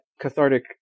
cathartic